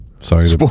Sorry